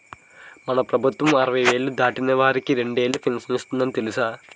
మన ప్రభుత్వం అరవై ఏళ్ళు దాటినోళ్ళకి రెండేలు పింఛను ఇస్తందట తెలుసా